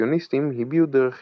האימפרסיוניסטים הביעו דרך